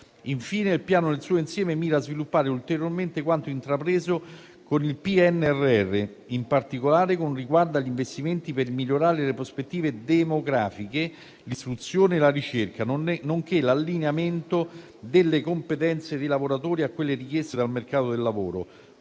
Infine, il Piano nel suo insieme mira a sviluppare ulteriormente quanto intrapreso con il PNRR, in particolare con riguardo agli investimenti per migliorare le prospettive demografiche, l'istruzione e la ricerca, nonché l'allineamento delle competenze dei lavoratori a quelle richieste dal mercato del lavoro,